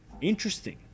Interesting